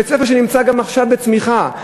בית-ספר שנמצא גם עכשיו בצמיחה,